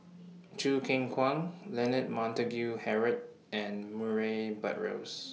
Choo Keng Kwang Leonard Montague Harrod and Murray Buttrose